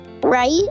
right